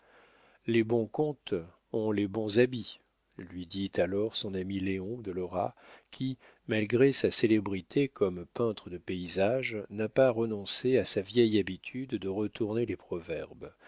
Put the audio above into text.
les bons comtes ont les bons habits lui dit alors son ami léon de lora qui malgré sa célébrité comme peintre de paysage n'a pas renoncé à sa vieille habitude de retourner les proverbes